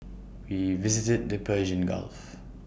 we visited the Persian gulf